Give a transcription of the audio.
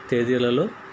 తేదీలలో